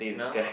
no